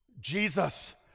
Jesus